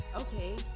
Okay